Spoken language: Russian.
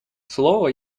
слова